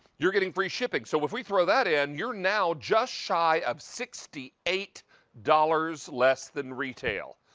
you're getting free shipping. so if we throw that in, you're now just shy of sixty eight dollars less than retail.